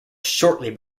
shortly